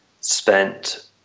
spent